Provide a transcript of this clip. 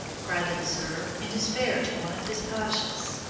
cried the vizier in despair to one of his pashas.